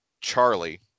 Charlie